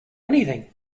anything